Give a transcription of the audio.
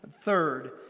third